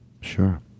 Sure